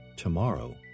Tomorrow